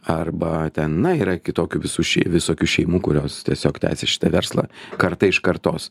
arba ten na yra kitokių visų ši visokių šeimų kurios tiesiog tęsia šitą verslą karta iš kartos